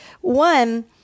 one